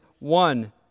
One